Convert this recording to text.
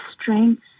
strength